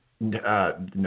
No